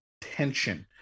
tension